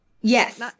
Yes